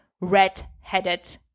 red-headed